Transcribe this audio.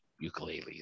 ukulele